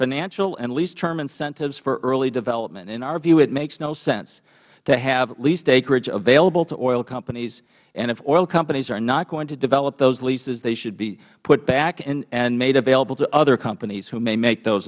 financial and lease term incentives for early development in our view it makes no sense to have leased acreage available to oil companies and if oil companies are not going to develop those leases they should be put back and made available to other companies who may make those